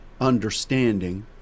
understanding